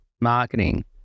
marketing